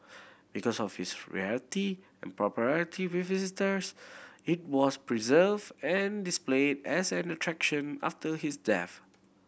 because of its rarity and popularity with visitors it was preserved and displayed as an attraction after his death